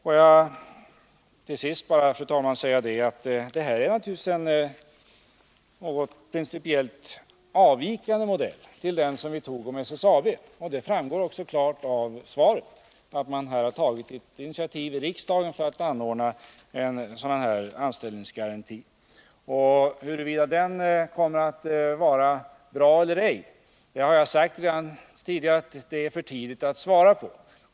Får jag till sist, fru talman, säga att detta naturligtvis är en något principiellt avvikande modell till den som vi tog om SSAB. Det framgår också klart av svaret att riksdagen här har tagit ett initiativ för att ordna en anställningsgaranti. Huruvida denna lösning kommer att vara bra eller ej är det, som jag redan sagt, för tidigt att svara på.